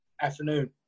afternoon